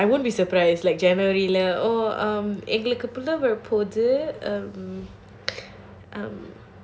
ya I won't be surprised like january lah oh um எங்களுக்கு பிள்ளை பொறக்க போகுது:engaluku pillai porakka poguthu